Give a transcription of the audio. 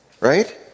Right